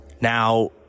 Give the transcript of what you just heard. Now